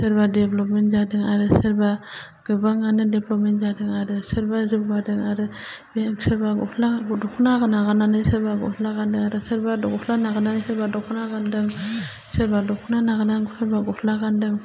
सोरबा डेभेलपमेन्ट जादों आरो सोरबा गोबाङानो डेभेलपमेन्ट जादों आरो सोरबा जौगादों आरो बे सोरबा गस्ला दख'ना गा नागारनानै सोरबा गस्ला गान्दों आरो सोरबा गस्ला नागारनानै सोरबा दख'ना गान्दों सोरबा दख'ना नागारनानै सोरबा गस्ला गान्दों